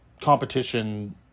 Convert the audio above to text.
competition